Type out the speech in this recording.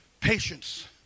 patience